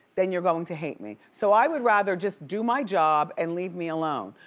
then you're going to hate me. so i would rather just do my job and leave me alone.